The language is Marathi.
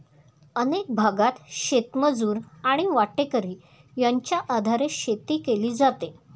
अनेक भागांत शेतमजूर आणि वाटेकरी यांच्या आधारे शेती केली जाते